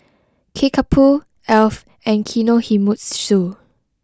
Kickapoo Alf and Kinohimitsu